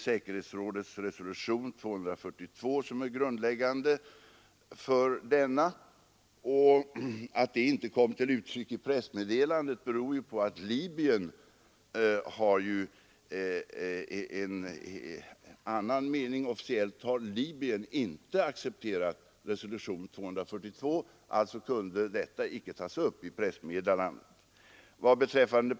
Säkerhetsrådets resolution 242 är grundläggande för oss, och att det inte kom till uttryck i pressmeddelandet beror på att Libyen har en annan mening. Officiellt har Libyen inte accepterat resolution 242, och alltså kunde den icke tas upp i pressmeddelandet.